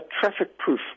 traffic-proof